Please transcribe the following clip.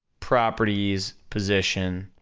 properties, position,